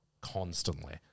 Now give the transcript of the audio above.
constantly